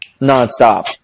nonstop